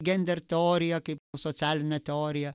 gender teorija kaip socialinė teorija